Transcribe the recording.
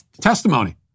testimony